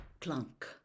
clunk